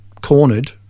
cornered